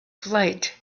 flight